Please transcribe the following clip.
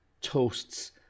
toasts